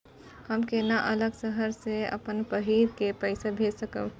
हम केना अलग शहर से अपन बहिन के पैसा भेज सकब?